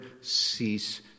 cease